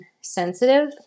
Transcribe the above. sensitive